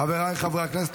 חבריי חברי הכנסת,